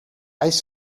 ice